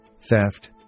theft